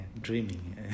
dreaming